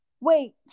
Wait